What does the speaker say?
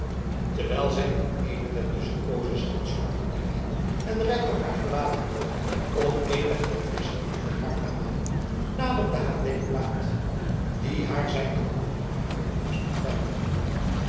terwijl zij in eene der tusschenpoozen stilstond in de rij en reinout haar verlaten had om eenige ververschingen voor haar te halen naderde haar deodaat die haar zijn genoegen over hare komst betuigde